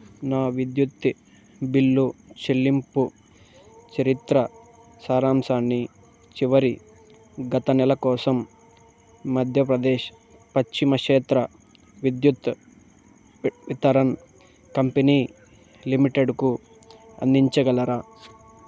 నా విద్యుత్ బిల్లు చెల్లింపు చరిత్ర సారాంశాన్ని చివరి గత నెల కోసం మధ్యప్రదేశ్ పశ్చిమ క్షేత్ర విద్యుత్ వితరన్ కంపెనీ లిమిటెడ్కు అందించగలరా